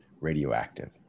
radioactive